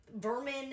vermin